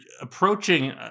approaching